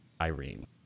Irene